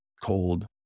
cold